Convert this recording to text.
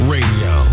Radio